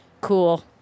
cool